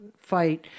fight